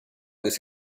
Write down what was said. this